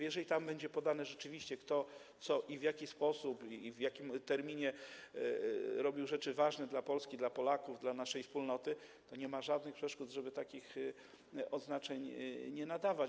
Jeżeli będzie tam rzeczywiście podane, kto, co, w jaki sposób i w jakim terminie robił rzeczy ważne dla Polski, dla Polaków, dla naszej wspólnoty, to nie ma żadnych przeszkód, żeby takich odznaczeń nie nadawać.